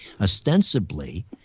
ostensibly